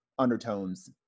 undertones